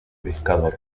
pescador